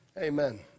Amen